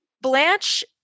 Blanche